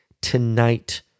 tonight